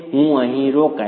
હું અહીં રોકાઈશ